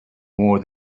more